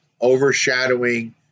overshadowing